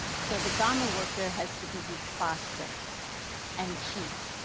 so the garment worker has to produce faster and cheap.